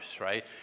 right